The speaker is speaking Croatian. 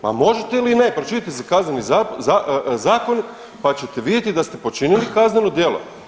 Pa možete i vi mene, pročitajte si Kazneni zakon pa čete vidjeti da ste počinili kazneno djelo.